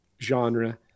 genre